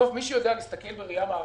בסוף מי שיודע להסתכל בראייה מערכתית,